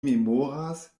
memoras